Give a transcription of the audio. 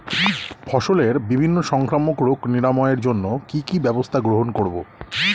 ফসলের বিভিন্ন সংক্রামক রোগ নিরাময়ের জন্য কি কি ব্যবস্থা গ্রহণ করব?